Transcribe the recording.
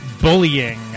bullying